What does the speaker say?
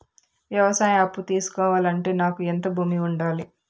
వ్యవసాయ అప్పు తీసుకోవాలంటే నాకు ఎంత భూమి ఉండాలి?